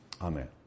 Amen